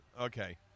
Okay